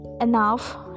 enough